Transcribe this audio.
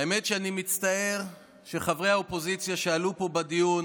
האמת שאני מצטער שחברי האופוזיציה שעלו לפה בדיון